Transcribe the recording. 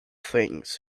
things